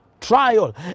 trial